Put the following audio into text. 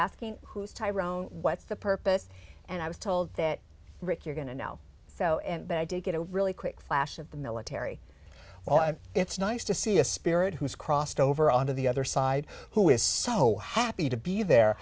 asking who's tyrone what's the purpose and i was told that rick you're going to know so and i did get a really quick flash of the military well it's nice to see a spirit who's crossed over onto the other side who is so happy to be there